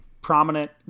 prominent